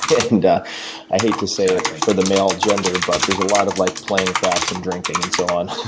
and i hate to say ah for the male gender, but there's a lot of like playing craps and drinking and so on